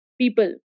people